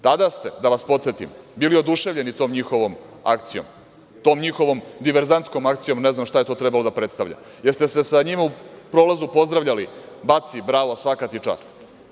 Tada ste, da vas podsetim, bili oduševljeni tom njihovom diverzantskom akcijom, ne znam šta je to trebalo da predstavlja, jer ste sa njima u prolazu pozdravljali – baci, bravo, svaka ti čast?